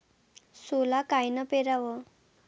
सोला कायनं पेराव?